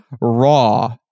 raw